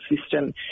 system